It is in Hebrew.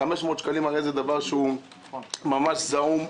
500 שקלים הרי זה סכום ממש זעום.